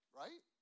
right